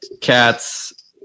cats